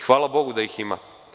Hvala bogu da ih ima.